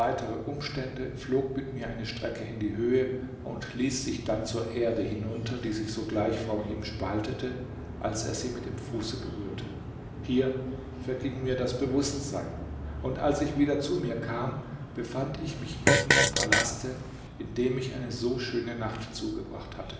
umstände flog mit mir eine strecke in die höhe und ließ sich dann zur erde hinunter die sich sogleich vor ihm spaltete als er sie mit dem fuße berührte hier verging mir das bewußtsein und als ich wieder zu mir kam befand ich mich mitten im palaste in dem ich eine so schöne nacht zugebracht hatte